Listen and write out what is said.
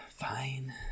fine